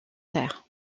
terre